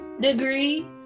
degree